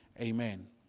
Amen